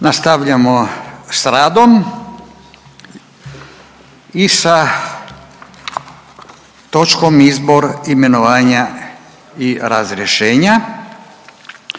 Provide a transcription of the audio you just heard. Nastavljamo s radom i sa točkom: - Izbor, imenovanja i razrješenja;